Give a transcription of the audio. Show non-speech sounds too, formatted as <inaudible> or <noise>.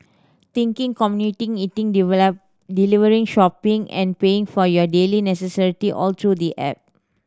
thinking commuting eating <unintelligible> delivering shopping and paying for your daily necessity all through the app